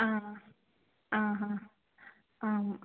आ आ हा आम्